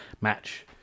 match